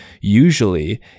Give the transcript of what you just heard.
usually